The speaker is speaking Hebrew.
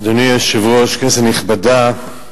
אדוני היושב-ראש, כנסת נכבדה,